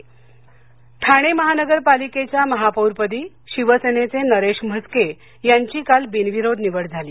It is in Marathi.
ठाणे ठाणे महानगरपालिकेच्या महापौरपदी शिवसेनेचे नरेश म्हस्के यांची काल बिनविरोध निवड झाली